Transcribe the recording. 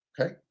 Okay